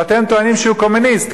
ואתם טוענים שהוא קומוניסט,